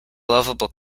lovable